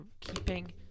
keeping